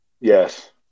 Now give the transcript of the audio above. Yes